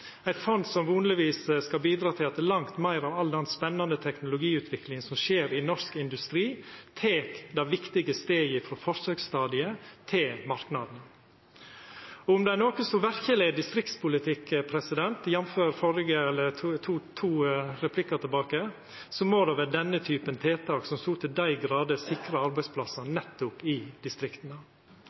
eit fond som vonlegvis skal bidra til at langt meir av all den spennande teknologiutviklinga som skjer i norsk industri, tek det viktige steget frå forsøksstadiet til marknaden. Om det er noko som verkeleg er distriktspolitikk – jf. to replikkar tilbake – må det vera denne typen tiltak, som så til dei grader sikrar arbeidsplassar nettopp i distrikta.